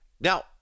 Now